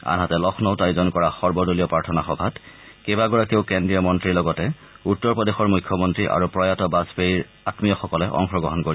আনহাতে লক্ষ্ণীত আয়োজন কৰা সৰ্বদলীয় প্ৰাৰ্থনা সভাত কেইবাগৰাকীও কেন্দ্ৰীয় মন্ত্ৰীৰ লগতে উত্তৰ প্ৰদেশৰ মুখ্যমন্তী আৰু প্ৰয়াত বাজপেয়ীৰ আমীয়সকলে অংশগ্ৰহণ কৰিব